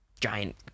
giant